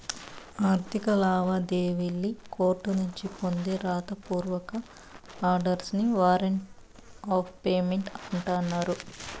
ఆర్థిక లావాదేవీల్లి కోర్టునుంచి పొందే రాత పూర్వక ఆర్డర్స్ నే వారంట్ ఆఫ్ పేమెంట్ అంటన్నారు